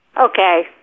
Okay